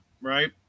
right